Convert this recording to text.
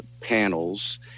panels